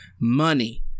money